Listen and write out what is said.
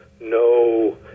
no